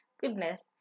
Goodness